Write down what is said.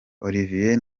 olivier